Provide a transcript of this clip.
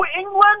England